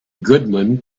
goodman